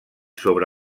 sobre